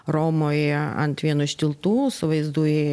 romoj ant vieno iš tiltų su vaizdu į